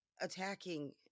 attacking